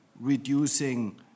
reducing